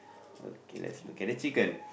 okay let's look at it chicken